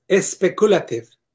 speculative